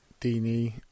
Dini